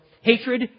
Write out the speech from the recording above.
Hatred